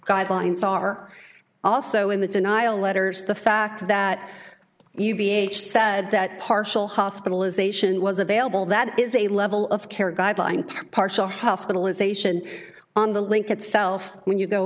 guidelines are also in the denial letters the fact that you b h said that partial hospitalization was available that is a level of care guideline partial hospitalization on the link itself when you go